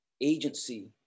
agency